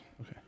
Okay